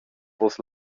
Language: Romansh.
fuss